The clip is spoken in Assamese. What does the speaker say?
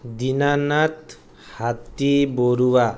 দীনানাথ হাতীবৰুৱা